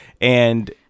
And-